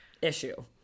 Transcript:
issue